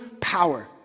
power